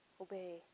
Obey